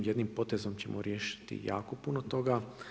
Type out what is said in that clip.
Jednim potezom ćemo riješiti jako puno toga.